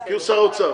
כי הוא שר האוצר.